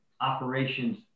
operations